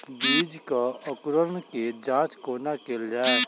बीज केँ अंकुरण केँ जाँच कोना केल जाइ?